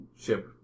ship